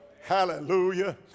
Hallelujah